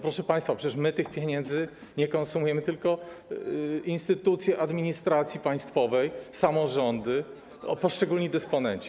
Proszę państwa, przecież my tych pieniędzy nie konsumujemy, tylko instytucje administracji państwowej, samorządy, poszczególni dysponenci.